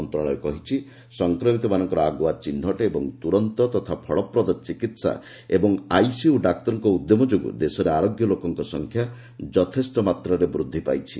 ମନ୍ତ୍ରଣାଳୟ କହିଛି ସଂକ୍ରମିତମାନଙ୍କର ଆଗୁଆ ଚିହ୍ନଟ ଓ ତୁରନ୍ତ ତଥା ଫଳପ୍ରଦ ଚିକିତ୍ସା ଏବଂ ଆଇସିୟୁ ଡାକ୍ତରମାନଙ୍କ ଉଦ୍ୟମ ଯୋଗୁଁ ଦେଶରେ ଆରୋଗ୍ୟ ଲୋକମାନଙ୍କ ସଂଖ୍ୟା ଯଥେଷ୍ଟ ମାତ୍ରାରେ ବୃଦ୍ଧି ପାଇଛି